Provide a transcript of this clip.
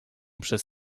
przez